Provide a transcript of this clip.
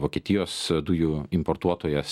vokietijos dujų importuotojas